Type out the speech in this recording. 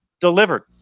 delivered